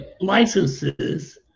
licenses